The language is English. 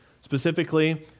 specifically